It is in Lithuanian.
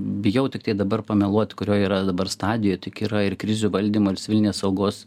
bijau tiktai dabar pameluot kurioj yra dabar stadijoj tik yra ir krizių valdymo ir civilinės saugos